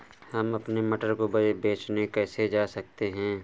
हम अपने मटर को बेचने कैसे जा सकते हैं?